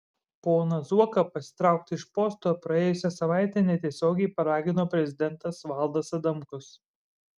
poną zuoką pasitraukti iš posto praėjusią savaitę netiesiogiai paragino prezidentas valdas adamkus